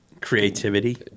Creativity